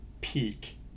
peak